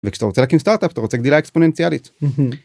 וכשאתה רוצה להקים סטארט-אפ אתה רוצה גדילה אקספוננציאלית.